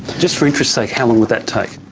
just for interest's sake, how long would that take?